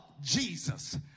Jesus